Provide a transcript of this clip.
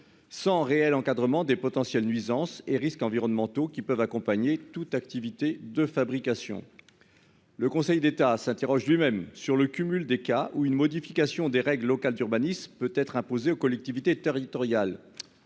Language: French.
Sans réel encadrement des potentiels nuisances et risques environnementaux qui peuvent accompagner toute activité de fabrication. Le Conseil d'État, s'interroge lui-même sur le cumul des cas où une modification des règles local d'urbanisme peut être imposée aux collectivités territoriales.